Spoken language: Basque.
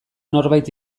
norbait